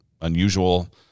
unusual